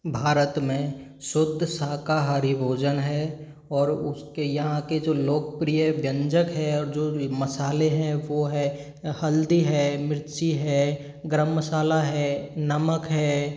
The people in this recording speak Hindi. भारत में शुद्ध शाकाहारी भोजन है और उसके यहाँ के जो लोकप्रिय व्यंजक है जो मसाले हैं वो है हल्दी है मिर्ची है गरम मसाला है नमक है